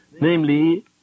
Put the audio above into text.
namely